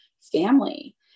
family